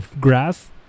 grass